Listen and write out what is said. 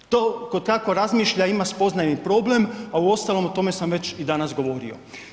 Tko tako razmišlja ima spoznajni problem, a uostalom o tome sam već danas i govorio.